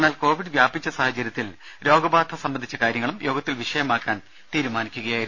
എന്നാൽ കോവിഡ് വ്യാപിച്ച സാഹചര്യത്തിൽ രോഗബാധ സംബന്ധിച്ച കാര്യങ്ങളും യോഗത്തിൽ വിഷയമാക്കാൻ തീരുമാനിക്കുക യായിരുന്നു